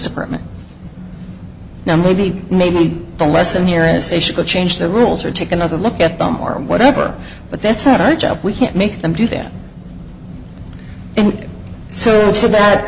department now maybe maybe the lesson here is they should change the rules or take another look at them or whatever but that's not our job we can't make them do their so so that